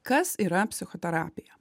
kas yra psichoterapija